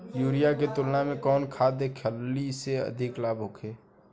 Urea के तुलना में कौन खाध खल्ली से अधिक लाभ होखे?